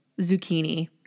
zucchini